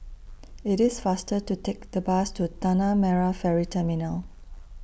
IT IS faster to Take The Bus to Tanah Merah Ferry Terminal